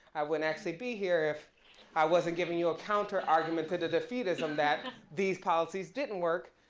i wouldn't actually be here if i wasn't giving you a counter argument to the defeatism that these policies didn't work.